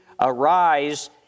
arise